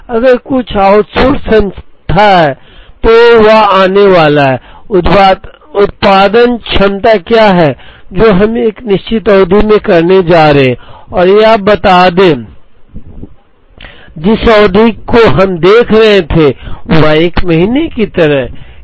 अगर कुछ आउटसोर्स क्षमता है तो वह आने वाली है उत्पादन क्षमता क्या है जो हम एक निश्चित अवधि में करने जा रहे हैं और बता दें जिस अवधि को हम देख रहे थे वह एक महीने की तरह है